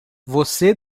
você